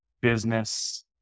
business